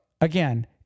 again